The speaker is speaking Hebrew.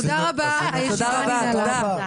תודה רבה, הישיבה ננעלה.